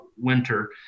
winter